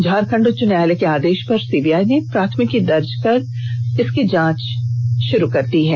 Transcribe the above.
झारखंड उच्च न्यायालय के आदेष पर सीबीआई ने प्राथमिकी दर्ज कर जांच कर रही है